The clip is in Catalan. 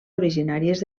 originàries